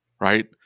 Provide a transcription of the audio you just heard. right